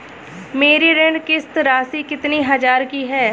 मेरी ऋण किश्त राशि कितनी हजार की है?